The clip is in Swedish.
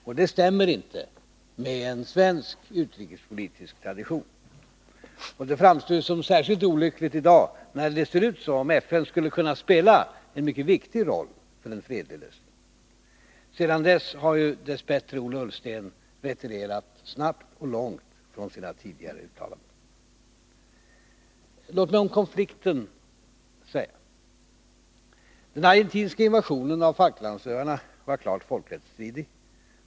Det överensstämmer inte med svensk utrikespolitisk tradition. Det framstår som särskilt olyckligt i dåg när det ser ut som om FN skulle kunna spela en mycket viktig roll för en fredlig lösning. Sedan dess har Ola Ullsten dess bättre retirerat snabbt och långt från sina tidigare uttalanden. Låt mig om konflikten säga följande. Den argentinska invasionen av Falklandsöarna var klart folkrättsstridig.